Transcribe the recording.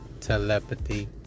telepathy